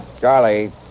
Charlie